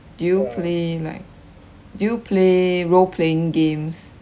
do you play like do you play role playing games